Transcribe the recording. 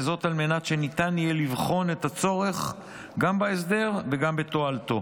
וזאת על מנת שניתן יהיה לבחון את הצורך בהסדר ותועלתו.